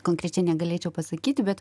konkrečiai negalėčiau pasakyti bet